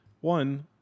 One